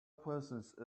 presence